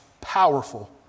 powerful